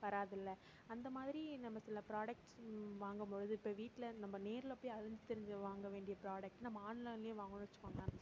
வராது இல்லை அந்த மாதிரி நம்ம சில ஃப்ராடக்ட்ஸு வாங்கும்பொழுது இப்போ வீட்டில் நம்ம நேரில் போயி அலைஞ்சு திரிஞ்சு வாங்க வேண்டிய ஃப்ராடக்ட்டு நம்ம ஆன்லைனில் வாங்கினோன்னு வெச்சுக்கோங்களேன்